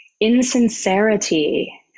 insincerity